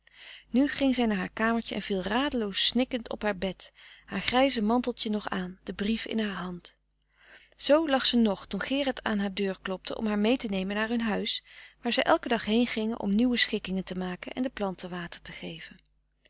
nu ging zij naar haar kamertje en viel radeloos snikkend op haar bed haar grijze manteltje nog aan den brief in haar hand zoo lag ze nog toen gerard aan haar deur klopte om haar mee te nemen naar hun huis waar zij elken dag heengingen om nieuwe schikkingen te maken en de planten water te geven